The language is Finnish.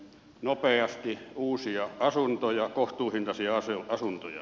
nopeasti uusia asuntoja kohtuuhintaisia asuntoja